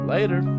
Later